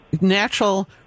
natural